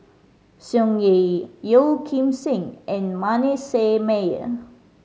Tsung Yeh Yeo Kim Seng and Manasseh Meyer